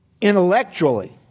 intellectually